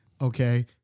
okay